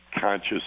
conscious